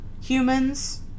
humans